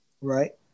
Right